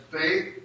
faith